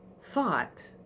thought